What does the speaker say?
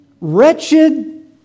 wretched